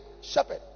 shepherd